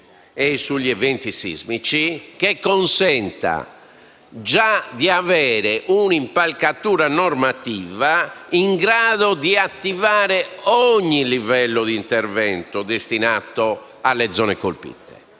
e sugli eventi sismici, che consenta già di avere un'impalcatura normativa in grado di attivare ogni livello di intervento destinato alle zone colpite.